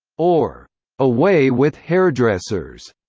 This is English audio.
or away with hairdressers.